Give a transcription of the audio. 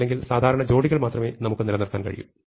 അല്ലെങ്കിൽ സാധാരണ ജോഡികൾ മാത്രമേ നമുക്ക് നിലനിർത്താൻ കഴിയൂ